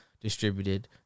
distributed